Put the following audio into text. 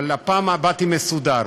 אבל הפעם באתי מסודר.